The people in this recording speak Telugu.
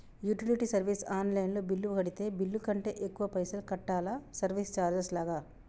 యుటిలిటీ సర్వీస్ ఆన్ లైన్ లో బిల్లు కడితే బిల్లు కంటే ఎక్కువ పైసల్ కట్టాలా సర్వీస్ చార్జెస్ లాగా?